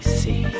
see